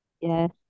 Yes